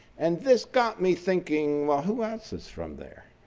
and this got me thinking, well, who else is from there?